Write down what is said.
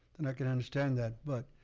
then i can understand that. but,